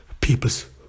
people's